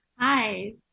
Hi